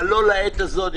אבל לא לעת הזאת.